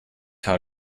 how